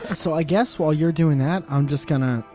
so i guess while you're doing that, i'm just gonna.